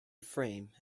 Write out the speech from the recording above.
frame